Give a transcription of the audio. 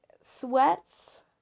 sweats